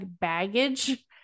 baggage